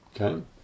Okay